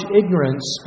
ignorance